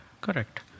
Correct